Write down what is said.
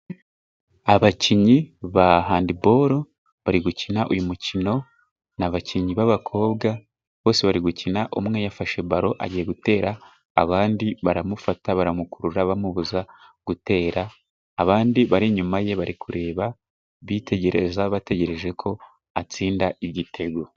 Abakinnyi ba handibolo bari gukina uyu mukino ,ni abakinnyi b'abakobwa bose bari gukina ,umwe yafashe balo agiye gutera abandi baramufata baramukurura bamubuza gutera ,abandi bari inyuma ye bari kureba bitegereza bategerejeko atsinda igitego.